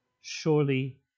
surely